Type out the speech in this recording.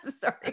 Sorry